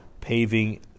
paving